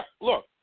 Look